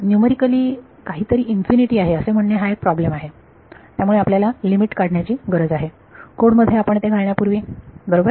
numerically काहीतरी infinity आहे असे म्हणणे हा एक प्रॉब्लेम आहे त्यामुळे आपल्याला लिमिट काढण्याची गरज आहे कोड मध्ये आपण ते घालण्यापूर्वी बरोबर